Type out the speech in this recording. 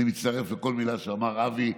אני מצטרף לכל מילה שאמר אבי.